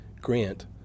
Grant